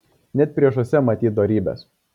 net priešuose matyk dorybes